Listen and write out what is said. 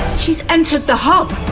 she's entered the hub.